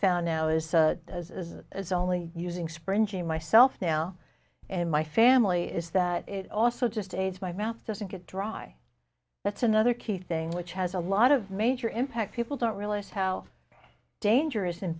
found now is that it's only using sprenger myself now and my family is that it also just aged my mouth doesn't get dry that's another key thing which has a lot of major impact people don't realize how dangerous